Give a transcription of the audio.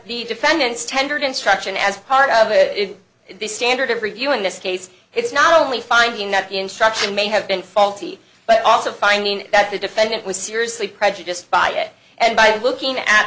the defendants tendered instruction as part of the standard of reviewing this case it's not only finding that instruction may have been faulty but also finding that the defendant was seriously prejudiced by it and by looking at